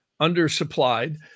undersupplied